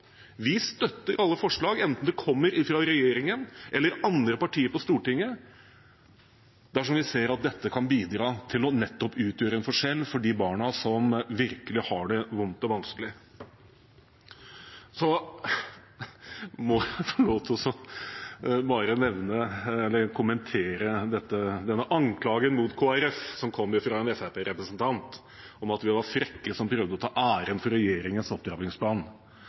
Vi støtter alle forslag – enten de kommer fra regjeringen eller fra andre partier på Stortinget – dersom vi ser at dette kan bidra til nettopp å utgjøre en forskjell for de barna som virkelig har det vondt og vanskelig. Så må jeg bare få lov til å kommentere den anklagen mot Kristelig Folkeparti som kommer fra en Fremskrittsparti-representant om at vi var frekke som prøvde å ta æren for regjeringens